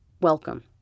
welcome